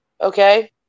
okay